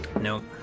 No